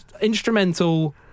instrumental